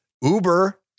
Uber